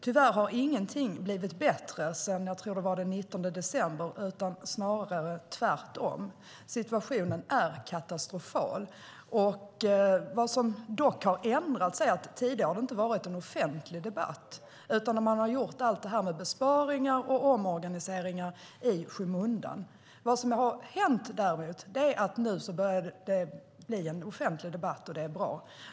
Tyvärr har ingenting blivit bättre sedan den 19 december utan snarare tvärtom. Situationen är katastrofal. Något som dock har ändrats är att det tidigare inte har varit en offentlig debatt, utan man har gjort alla besparingar och omorganisationer i skymundan, men nu börjar det bli en offentlig debatt. Det är bra.